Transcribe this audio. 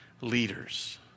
leaders